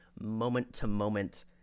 moment-to-moment